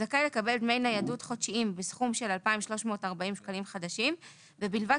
זכאי לקבל דמי ניידות חודשיים בסכום 2,340 שקלים חדשים ובלבד